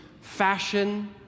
fashion